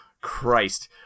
Christ